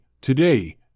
today